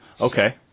Okay